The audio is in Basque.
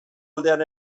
aldean